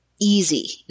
easy